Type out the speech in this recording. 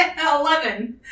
Eleven